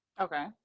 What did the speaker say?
okay